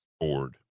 board